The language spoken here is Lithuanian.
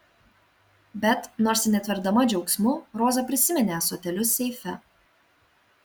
bet nors ir netverdama džiaugsmu roza prisiminė ąsotėlius seife